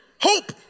Hope